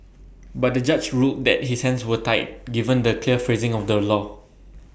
but the judge ruled that his hands were tied given the clear phrasing of the law